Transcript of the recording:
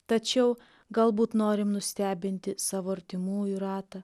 tačiau galbūt norim nustebinti savo artimųjų ratą